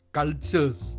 cultures